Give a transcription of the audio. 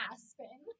Aspen